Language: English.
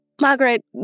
Margaret